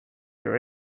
your